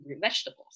vegetables